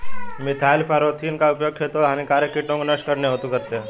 methyl parathion का उपयोग खेतों से हानिकारक कीटों को नष्ट करने हेतु करते है